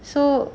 so